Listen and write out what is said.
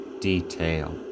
detail